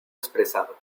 expresado